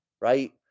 right